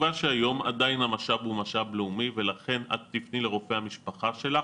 היום עדיין המשאב הוא משאב לאומי ולכן את תפני לרופא המשפחה שלך,